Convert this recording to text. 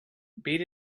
beat